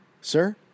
Sir